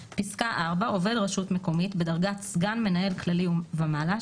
(4) עובד רשות מקומית בדרגת סגן מנהל כללי ומעלה,